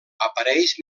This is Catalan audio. apareix